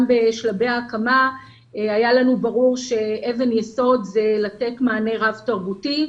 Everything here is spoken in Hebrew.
גם בשלבי ההקמה היה לנו ברור שאבן יסוד היא לתת מענה רב-תרבותי.